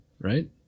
right